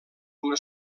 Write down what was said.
una